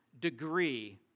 degree